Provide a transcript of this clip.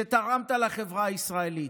שבו תרמת לחברה הישראלית.